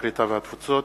הקליטה והתפוצות,